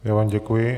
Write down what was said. Já vám děkuji.